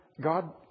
God